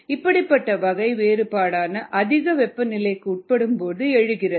இப்படிப்பட்ட வகை வேறுபாடானது அதிக வெப்பநிலைக்கு உட்படும்போது எழுகிறது